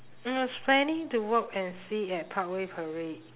I was planning to walk and see at parkway parade